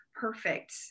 perfect